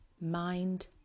Mind